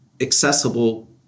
accessible